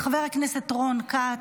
חבר הכנסת רון כץ,